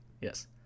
yes